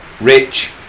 rich